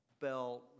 belt